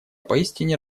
поистине